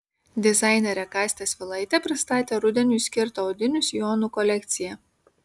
dizainerė kastė svilaitė pristatė rudeniui skirtą odinių sijonų kolekciją